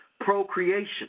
procreation